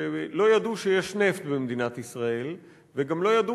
כשלא ידעו שיש נפט במדינת ישראל וגם לא ידעו,